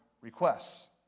requests